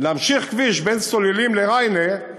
להמשיך כביש בין סוללים לריינה,